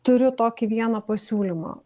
turiu tokį vieną pasiūlymą